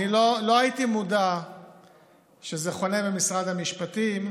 מיקי, אני לא הייתי מודע שזה חונה במשרד המשפטים,